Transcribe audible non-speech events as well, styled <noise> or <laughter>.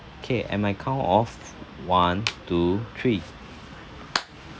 okay at my count of one two three <noise>